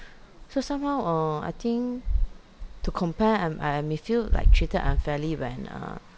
so somehow uh I think to compare I I may feel like treated unfairly when uh